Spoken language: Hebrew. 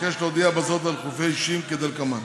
אבקש להודיע בזאת על חילופי אישים כדלקמן: